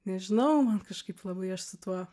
nežinau man kažkaip labai aš su tuo